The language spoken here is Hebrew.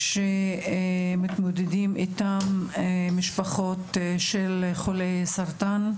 שמתמודדים איתם משפחות של חולי סרטן.